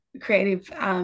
creative